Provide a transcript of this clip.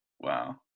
wow